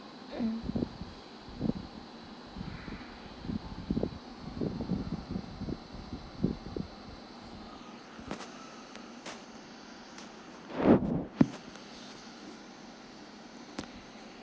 mm